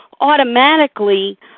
automatically